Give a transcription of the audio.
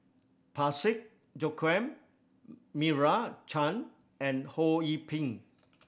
Parsick Joaquim Meira Chand and Ho Yee Ping